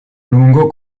lungo